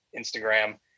Instagram